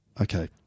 Okay